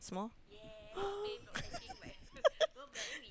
small